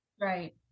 Right